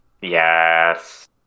Yes